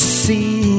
see